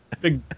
big